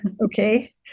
okay